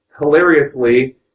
hilariously